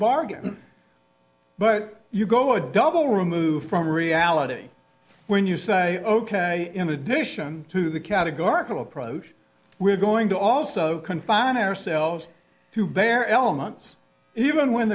bargain but you go a double removed from reality when you say ok in addition to the categorical approach we're going to also confine ourselves to bare elements even when